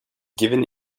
given